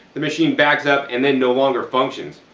the machine backs up and then no longer functions.